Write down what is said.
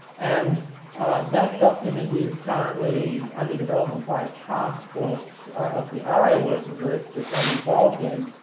and that document is currently under development by a taskforce of the aria working group which i'm involved in.